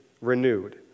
renewed